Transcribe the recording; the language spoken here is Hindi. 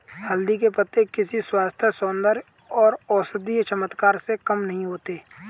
हल्दी के पत्ते किसी स्वास्थ्य, सौंदर्य और औषधीय चमत्कार से कम नहीं होते